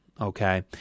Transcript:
Okay